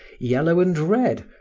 yellow and red,